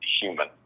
human